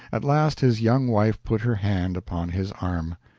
at last his young wife put her hand upon his arm.